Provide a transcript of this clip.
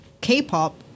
K-pop